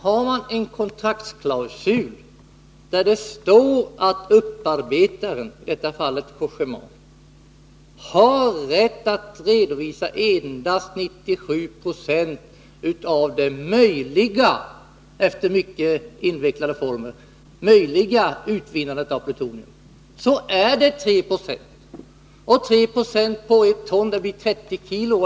Har man en kontraktsklausul där det står att upparbetaren — i detta fall Cogéma — har rätt att redovisa endast 97 96 av det, efter mycket invecklade former, möjliga utvinnandet av plutonium, återstår det3 90 svinn. 3 90 på ett ton blir 30 kg.